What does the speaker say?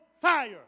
fire